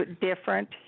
different